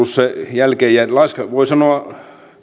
voi sanoa